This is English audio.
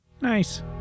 Nice